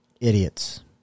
Idiots